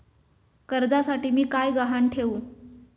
कर्जासाठी मी काय गहाण ठेवू?